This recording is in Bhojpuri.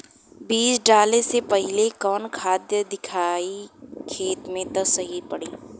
बीज डाले से पहिले कवन खाद्य दियायी खेत में त सही पड़ी?